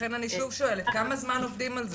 לכן אני שוב שואלת, כמה זמן עובדים על זה?